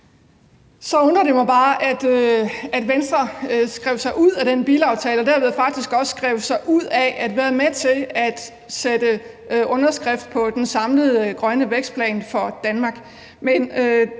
Så undrer det mig bare, at Venstre skrev sig ud af den bilaftale og derved faktisk også skrev sig ud af at være med til at sætte sin underskrift på den samlede grønne vækstplan for Danmark.